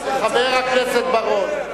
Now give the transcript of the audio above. חבר הכנסת בר-און.